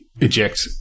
eject